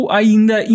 ainda